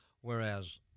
whereas